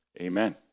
Amen